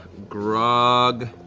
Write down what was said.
grog,